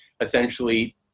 essentially